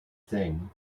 thing